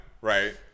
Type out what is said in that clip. right